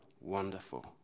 wonderful